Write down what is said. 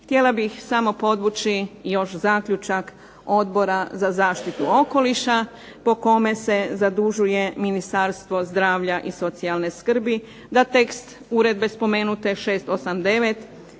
Htjela bih samo podvući još zaključak Odbora za zaštitu okoliša, po kome se zadužuje Ministarstvo zdravlja i socijalne skrbi, da tekst uredbe spomenute 689.